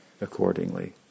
Accordingly